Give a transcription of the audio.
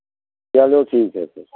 चलो ठीक है तब